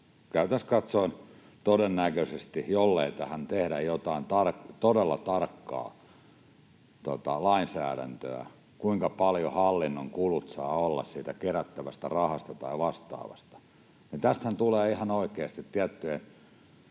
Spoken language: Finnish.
käytännössä katsoen todennäköisesti — jollei tähän tehdä jotain todella tarkkaa lainsäädäntöä, kuinka paljon hallinnon kulut saa olla siitä kerättävästä rahasta tai vastaavasta — niin tästähän tulee ihan oikeasti tiettyjen